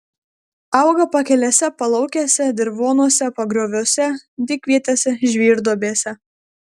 auga pakelėse palaukėse dirvonuose pagrioviuose dykvietėse žvyrduobėse